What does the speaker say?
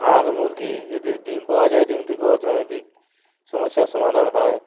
হাঁস মুরগি এদের ডিম পাওয়া যায় ডিম থেকেও অর্থনৈতিক সমস্যার সমাধান হয়